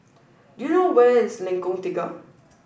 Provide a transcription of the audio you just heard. do you know where is Lengkong Tiga